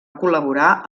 col·laborar